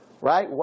right